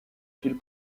ville